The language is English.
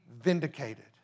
vindicated